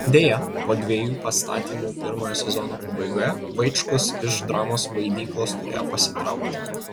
deja po dviejų pastatymų pirmojo sezono pabaigoje vaičkus iš dramos vaidyklos turėjo pasitraukti